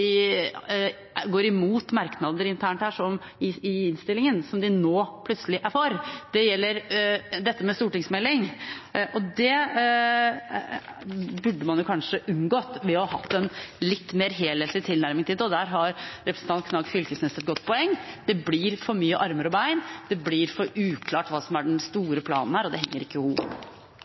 går imot merknader internt i innstillingen som de nå plutselig er for. Det gjelder en stortingsmelding. Det burde man kanskje unngått ved å ha en litt mer helhetlig tilnærming til det. Der har representanten Knag Fylkesnes et godt poeng – det blir for mye armer og bein, det blir for uklart hva som er den store planen her, og det henger ikke